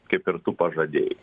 kaip ir tu pažadėjai